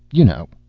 you know.